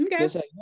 okay